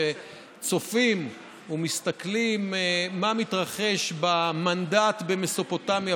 כשצופים ומסתכלים מה מתרחש במנדט במסופוטמיה,